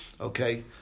okay